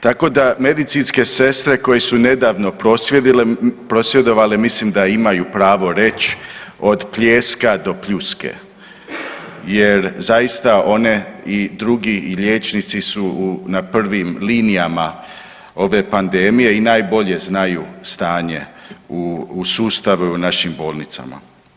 Tako da medicinske sestre koje su nedavno prosvjedovale mislim da imaju pravo reć od pljeska do pljuske jer zaista one i drugi i liječnici su na prvim linijama ove panedmije i najbolje znaju stanje u sustavu u našim bolnicama.